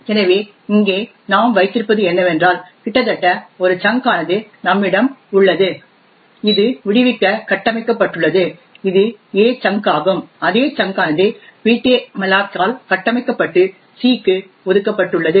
எனவே இங்கே நாம் வைத்திருப்பது என்னவென்றால் கிட்டத்தட்ட ஒரு சங்க் ஆனது நம்மிடம் உள்ளது இது விடுவிக்க கட்டமைக்கப்பட்டுள்ளது இது a சங்க் ஆகும் அதே சங்க் ஆனது ptmalloc ஆல் கட்டமைக்கப்பட்டு c க்கு ஒதுக்கப்பட்டுள்ளது